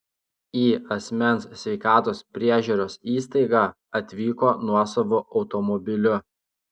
į asmens sveikatos priežiūros įstaigą atvyko nuosavu automobiliu